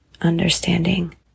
understanding